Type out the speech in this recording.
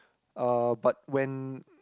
uh but when